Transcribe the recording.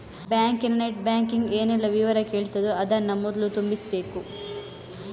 ಬ್ಯಾಂಕಿನ net banking ಏನೆಲ್ಲ ವಿವರ ಕೇಳ್ತದೋ ಅದನ್ನ ಮೊದ್ಲು ತುಂಬಿಸ್ಬೇಕು